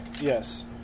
Yes